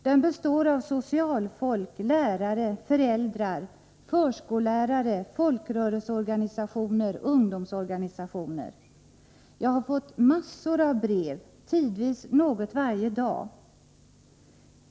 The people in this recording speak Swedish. Den består av socialfolk, lärare, föräldrar, Jag har fått massor av brev, tidvis något varje dag.